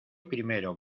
primero